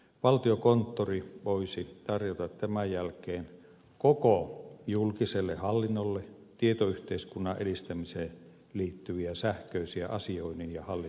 valtiokonttori voisi tarjota tämän jälkeen koko julkiselle hallinnolle tietoyhteiskunnan edistämiseen liittyviä sähköisiä asioinnin ja hallinnon tukipalveluja